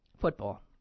football